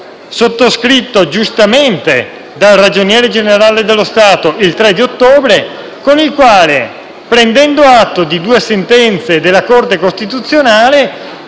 sottoscritto giustamente dal Ragioniere generale dello Stato il 3 ottobre, con il quale si è preso atto di due sentenze della Corte costituzionale